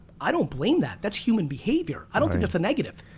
i don't blame that, that's human behavior. i don't think it's a negative.